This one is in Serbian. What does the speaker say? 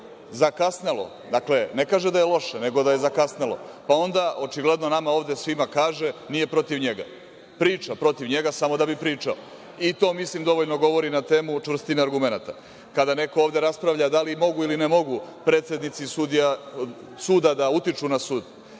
zakasnelo, dakle, ne kaže da je loše, nego da je zakasnelo, pa onda očigledno nama ovde svima kaže – nije protiv njega. Priča protiv njega samo da bi pričao. Mislim da to dovoljno govori na temu o čvrstini argumenata, kada neko ovde raspravlja da li mogu ili ne mogu predsednici suda da utiču na sud